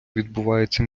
відбувається